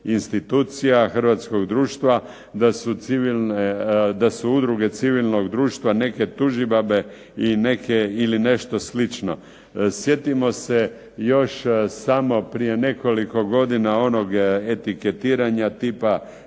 institucija, hrvatskog društva, da su udruge civilnog društva neke tužibabe i neke ili nešto slično. Sjetimo se još samo prije nekoliko godina onog etiketiranja tipa